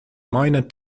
minor